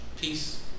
peace